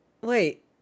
Wait